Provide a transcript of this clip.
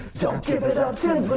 don't give it up